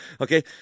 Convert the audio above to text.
Okay